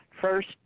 first